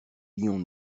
lions